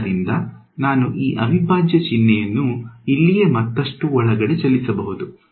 ಆದ್ದರಿಂದ ನಾನು ಈ ಅವಿಭಾಜ್ಯ ಚಿಹ್ನೆಯನ್ನು ಇಲ್ಲಿಯೇ ಮತ್ತಷ್ಟು ಒಳಗಡೆ ಚಲಿಸಬಹುದು